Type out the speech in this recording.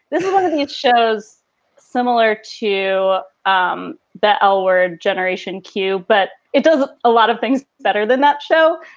this is one of the it shows similar to um that our generation. q but it does a lot of things better than that show.